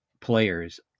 players